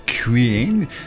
Queen